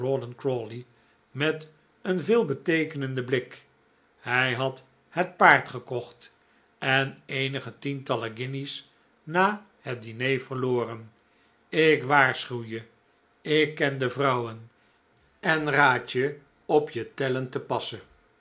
met een veelbeteekenenden blik hij had het paard gekocht en eenige tientallen guinjes na het diner verloren ik waarschuw je ik ken de vrouwen en raad je op je tellen te passen